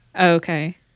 Okay